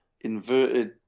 inverted